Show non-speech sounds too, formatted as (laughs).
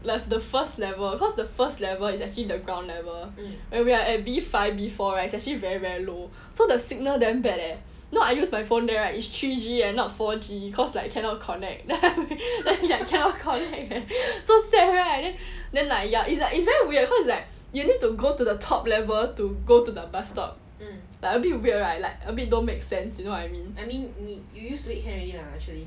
like the first level cause the first level is actually the ground level where we're at B five before right is actually very very low so the signal damn bad eh know I use my phone there right is three G eh not four G cause like cannot connect (laughs) cannot connect so sad right then then like ya it's like it's very weird so like you need to go to the top level to go to the bus stop like a bit weird right like a bit don't make sense you know what I mean